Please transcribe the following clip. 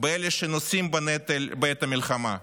באלה שנושאים בנטל בעת המלחמה,